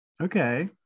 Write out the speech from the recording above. Okay